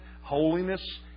holiness